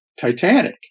Titanic